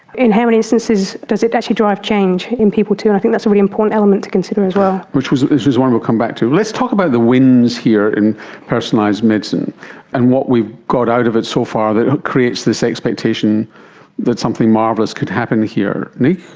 in how many instances does it actually drive change in people too, and i think that's a really important element to consider as well. which is one we'll come back to. let's talk about the wins here in personalised medicine and what we've got out of it so far that creates this expectation that something marvellous could happen here. nic,